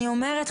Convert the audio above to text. אני אומרת,